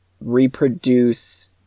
reproduce